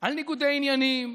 על ניגודי עניינים,